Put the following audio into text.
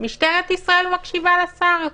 משטרת ישראל מקשיבה לשר.